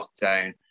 lockdown